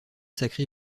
sacré